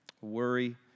worry